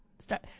start